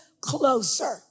closer